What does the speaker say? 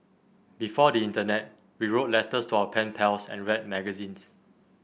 before the internet we wrote letters to our pen pals and read magazines